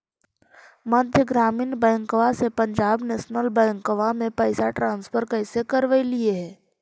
मध्य ग्रामीण बैंकवा से पंजाब नेशनल बैंकवा मे पैसवा ट्रांसफर कैसे करवैलीऐ हे?